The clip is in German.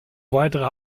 weitere